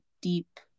deep